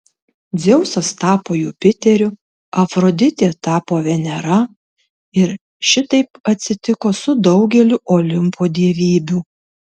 dzeusas tapo jupiteriu afroditė tapo venera ir šitaip atsitiko su daugeliu olimpo dievybių